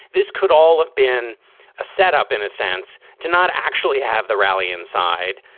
this could all have been a setup, in a sense, to not actually have the rally inside,